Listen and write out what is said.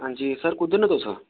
हां जी सर कुद्धर न तुस